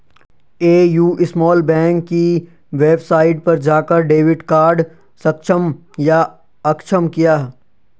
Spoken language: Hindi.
ए.यू स्मॉल बैंक की वेबसाइट पर जाकर डेबिट कार्ड सक्षम या अक्षम किया